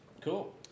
Cool